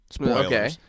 Okay